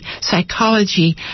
psychology